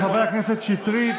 חברת הכנסת שטרית,